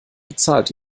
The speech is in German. bezahlt